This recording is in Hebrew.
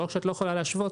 לא רק שאת לא יכולה להשוות,